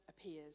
appears